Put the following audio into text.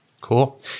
Cool